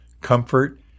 comfort